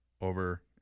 over